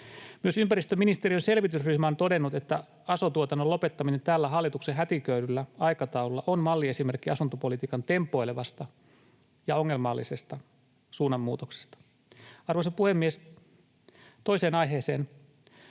Myös ympäristöministeriön selvitysryhmä on todennut, että aso-tuotannon lopettaminen tällä hallituksen hätiköidyllä aikataululla on malliesimerkki asuntopolitiikan tempoilevasta ja ongelmallisesta suunnanmuutoksesta. Arvoisa puhemies! Toiseen aiheeseen: